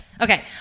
okay